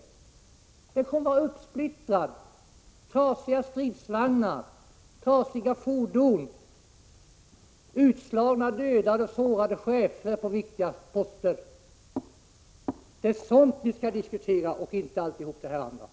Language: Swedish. Allt blir uppsplittrat — trasiga stridsvagnar, trasiga fordon, döda och sårade chefer på viktiga poster. Det är sådant som vi skall diskutera och inte allt möjligt annat.